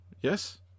Yes